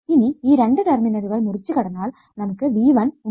ഇനി ഈ രണ്ടു ടെർമിനലുകൾ മുറിച്ചു കടന്നാൽ നമുക്ക് V1 ഉണ്ട്